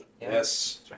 yes